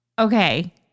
Okay